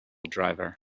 driver